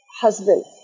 husband